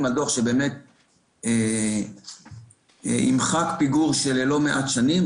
עם הדוח שבאמת ימחק פיגור של לא מעט שנים.